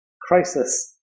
crisis